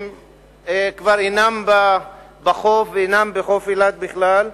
שכבר אינם בחוף, ואינם בחוף אילת בכלל.